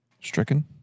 Stricken